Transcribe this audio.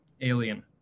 alien